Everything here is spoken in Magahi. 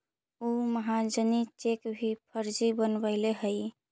उ महाजनी चेक भी फर्जी बनवैले हइ